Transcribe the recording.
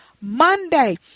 Monday